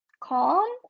calm